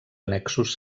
annexos